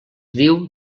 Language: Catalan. diu